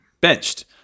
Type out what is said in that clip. benched